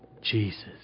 Jesus